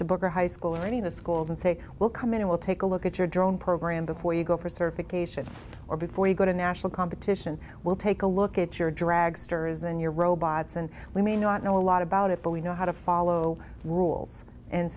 to book or high school or any of the schools and say we'll come in we'll take a look at your drone program before you go for certification or before you go to national competition we'll take a look at your dragsters and your robots and we may not know a lot about it but we know how to follow rules and